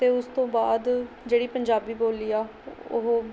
ਅਤੇ ਉਸ ਤੋਂ ਬਾਅਦ ਜਿਹੜੀ ਪੰਜਾਬੀ ਬੋਲੀ ਆ ਉਹ